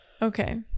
Okay